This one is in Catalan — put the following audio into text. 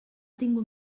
tingut